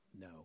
no